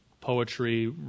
poetry